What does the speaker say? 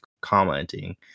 commenting